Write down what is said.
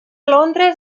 londres